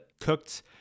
cooked